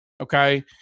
okay